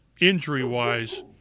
injury-wise –